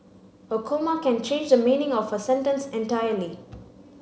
a comma can change the meaning of a sentence entirely